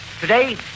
Today